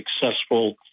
successful